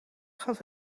gaf